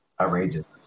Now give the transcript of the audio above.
outrageous